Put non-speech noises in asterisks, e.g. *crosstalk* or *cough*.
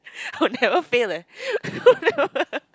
*laughs* I will never fail leh *laughs*